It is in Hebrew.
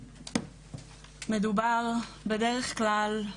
מדובר בדרך כלל,